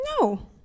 No